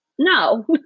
No